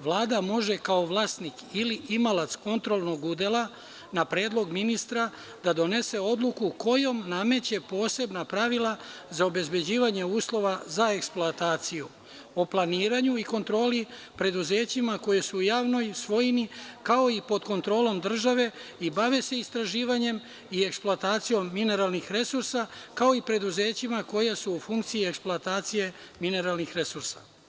Vlada može kao vlasnik ili imalac kontrolnog udela, na predlog ministra, da donese odluku kojom nameće posebna pravila za obezbeđivanje uslova za eksploataciju, o planiranju i kontroli preduzećima koja su u javnoj svojini, kao i pod kontrolom države i bave se istraživanjem i eksploatacijom mineralnih resursa, kao i preduzećima koja su u funkciji eksploatacije mineralnih resursa.